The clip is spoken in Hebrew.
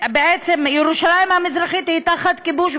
בעצם ירושלים המזרחית היא תחת כיבוש,